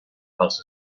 pels